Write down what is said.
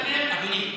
אדוני.